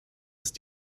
ist